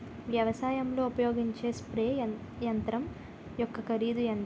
వ్యవసాయం లో ఉపయోగించే స్ప్రే యంత్రం యెక్క కరిదు ఎంత?